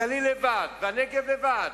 הגליל לבד והנגב לבד.